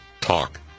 talk